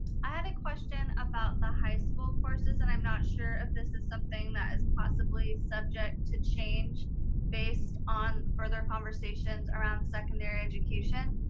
i had a question about the ah high school courses and i'm not sure if this is something that is possibly subject to change based on further conversations around secondary education.